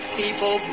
people